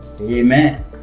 Amen